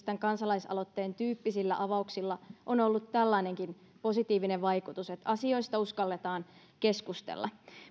tämän kansalaisaloitteen tyyppisillä avauksilla on ollut tällainenkin positiivinen vaikutus että asioista uskalletaan keskustella